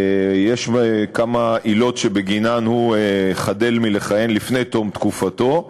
יש כמה עילות שבגינן הוא חדל מלכהן לפני תום תקופתו,